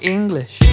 English